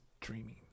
dreaming